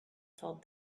told